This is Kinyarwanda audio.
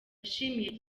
yashimiye